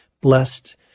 blessed